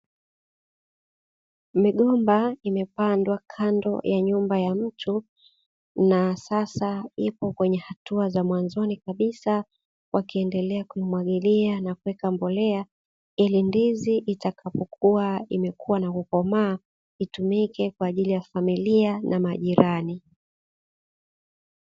Migomba imepandwa kando ya nyumba ya mtu na sasa ipo kwenye hatua za mwanzoni kabisa, wakiendelea kumwagilia na kuweka mbolea ili ndizi itakapokuwa imekua na kukomaa itumike kwa ajili ya familia na majirani.